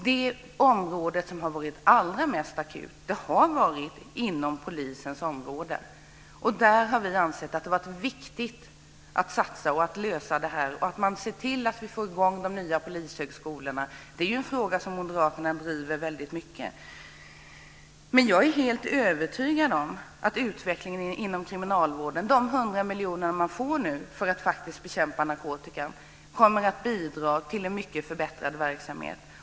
Det område som har varit allra mest akut har varit polisens område. Där har vi ansett det vara viktigt att satsa för att lösa detta och se till att få i gång de nya polishögskolorna. Det är ju en fråga som Moderaterna driver väldigt mycket. När det gäller utvecklingen inom kriminalvården är jag helt övertygad om att de 100 miljoner man nu får för att bekämpa narkotikan kommer att bidra till en mycket förbättrad verksamhet.